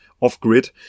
off-grid